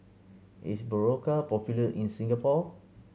is Berocca popular in Singapore